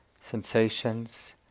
sensations